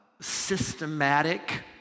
systematic